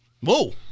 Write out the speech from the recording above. whoa